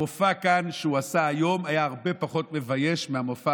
המופע כאן שהוא עשה היום היה הרבה פחות מבייש מהמופע